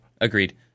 Agreed